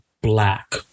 black